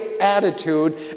attitude